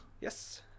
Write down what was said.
yes